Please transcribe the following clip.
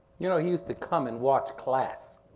you know he used to come and watch class